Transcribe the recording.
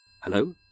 Hello